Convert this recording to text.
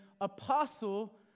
apostle